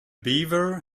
beaver